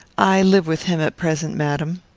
i live with him at present, madam.